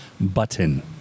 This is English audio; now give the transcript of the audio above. button